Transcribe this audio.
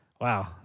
wow